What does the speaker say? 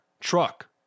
truck